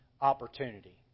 opportunity